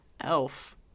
Elf